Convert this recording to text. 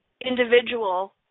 individual